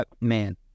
man